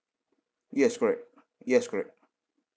yes correct yes correct